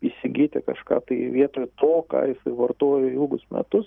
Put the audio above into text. įsigyti kažką tai vietoj to ką jisai vartojo ilgus metus